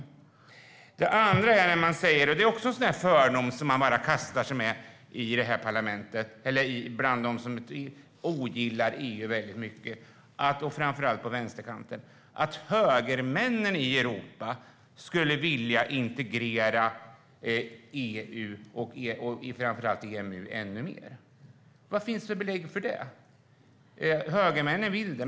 För det andra säger Håkan Svenneling - det är en fördom som man kastar sig med bland dem som ogillar EU mycket, framför allt på vänsterkanten - att högermännen i Europa skulle vilja integrera EU och framför allt EMU ännu mer. Vilka belägg finns det för det? Högermännen vill det.